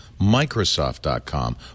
Microsoft.com